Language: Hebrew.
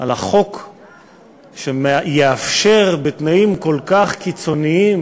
על החוק שיאפשר בתנאים כל כך קיצוניים